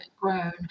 grown